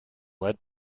led